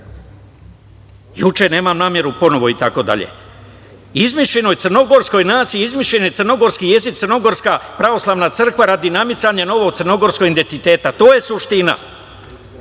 juče, nemam nameru ponovo. Izmišljenoj crnogorskoj naciji izmišljen je crnogorski jezik, Crnogorska pravoslavna crkva radi namicanja novog crnogorskog identiteta. To je suština.